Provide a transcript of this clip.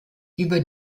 über